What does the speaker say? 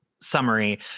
summary